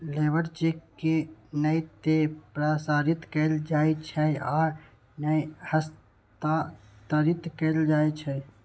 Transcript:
labour cheque के नै ते प्रसारित कैल जाइ छै आ नै हस्तांतरित कैल जाइ छै